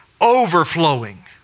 overflowing